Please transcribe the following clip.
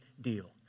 deal